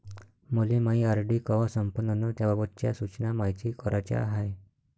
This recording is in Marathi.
मले मायी आर.डी कवा संपन अन त्याबाबतच्या सूचना मायती कराच्या हाय